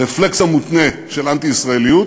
הרפלקס המותנה של אנטי-ישראליות,